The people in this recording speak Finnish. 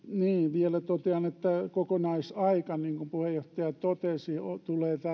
vielä totean että kokonaisaika niin kuin puheenjohtaja totesi tulee tämän